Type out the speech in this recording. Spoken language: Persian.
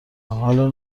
حالا